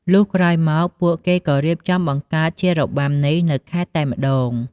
លុះក្រោយមកពួកគេក៏រៀបចំបង្កើតជារបាំនេះនៅខេត្តតែម្តង។